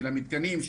מתקנים,